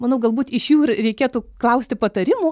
manau galbūt iš jų ir reikėtų klausti patarimų